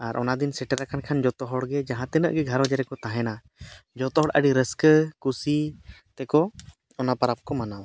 ᱟᱨ ᱚᱱᱟᱫᱤᱱ ᱥᱮᱴᱮᱨ ᱟᱠᱟᱱ ᱠᱷᱟᱱ ᱡᱚᱛᱚ ᱦᱚᱲᱜᱮ ᱡᱟᱦᱟᱸ ᱛᱤᱱᱟᱹᱜ ᱜᱮ ᱜᱷᱟᱨᱚᱸᱡᱽ ᱨᱮᱠᱚ ᱛᱟᱦᱮᱱᱟ ᱡᱚᱛᱚ ᱦᱚᱲ ᱟᱹᱰᱤ ᱨᱟᱹᱥᱠᱟᱹ ᱠᱩᱥᱤ ᱛᱮᱠᱚ ᱚᱱᱟ ᱯᱚᱨᱚᱵᱽ ᱠᱚ ᱢᱟᱱᱟᱣᱟ